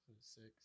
six